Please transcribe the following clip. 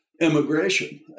immigration